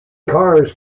cars